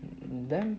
then